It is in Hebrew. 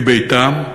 מביתם.